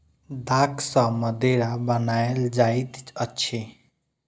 दाख सॅ मदिरा बनायल जाइत अछि